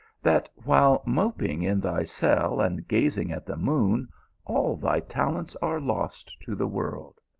that while moping in thy cell and gazing at the moon all thy talents are lost to the world.